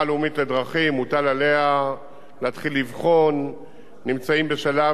מוטל עליה להתחיל לבחון, נמצאים בשלב ראשוני,